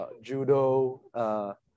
judo